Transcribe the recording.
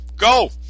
go